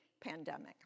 pandemic